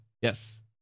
Yes